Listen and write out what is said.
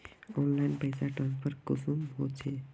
Online पैसा transfer कुंसम होचे?